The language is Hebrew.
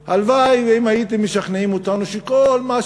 הלוואי, אם הייתם משכנעים אותנו שכל מה שעוברים,